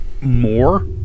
more